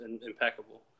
impeccable